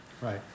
Right